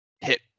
hit